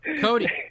Cody